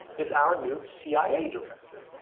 is our new cia director,